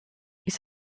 ist